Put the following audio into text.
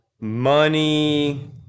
money